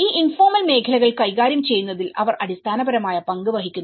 ഈ ഇൻഫോർമൽ മേഖലകൾ കൈകാര്യം ചെയ്യുന്നതിൽ അവർ അടിസ്ഥാനപരമായ പങ്ക് വഹിക്കുന്നു